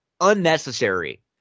unnecessary